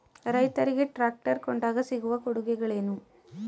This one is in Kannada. ರೈತರಿಗೆ ಟ್ರಾಕ್ಟರ್ ಕೊಂಡಾಗ ಸಿಗುವ ಕೊಡುಗೆಗಳೇನು?